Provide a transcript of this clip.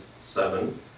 seven